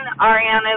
Ariana